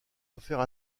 offert